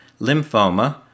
lymphoma